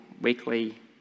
weekly